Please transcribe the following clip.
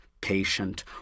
patient